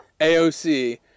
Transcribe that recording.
AOC